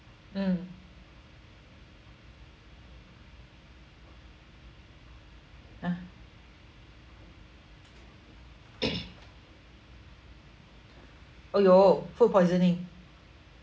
mm ah !aiyo! food poisoning